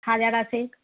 হাজার আছে